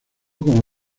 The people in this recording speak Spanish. como